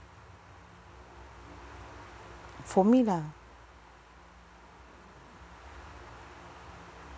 for me lah